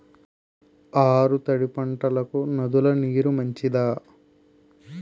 ఆరు తడి పంటలకు నదుల నీరు మంచిదా?